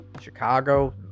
Chicago